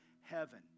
heaven